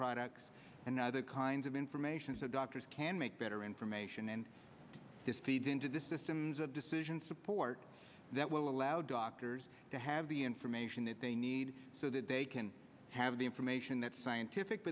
products and other kinds of information so doctors can make better information and this feeds into the systems of decision support that will allow doctors to have the information that they need so that they can have the information that scientific